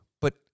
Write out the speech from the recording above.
but-